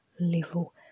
level